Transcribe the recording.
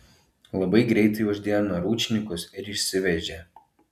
labai greitai uždėjo naručnikus ir išsivežė